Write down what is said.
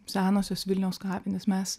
senosios vilniaus kapinės mes